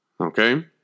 Okay